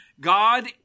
God